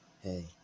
Hey